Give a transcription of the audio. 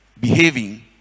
behaving